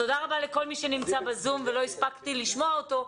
תודה רבה לכל מי שנמצא בזום ולא הספקתי לשמוע אותו.